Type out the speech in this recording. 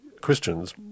Christians